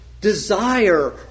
desire